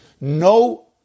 no